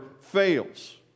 fails